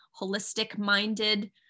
holistic-minded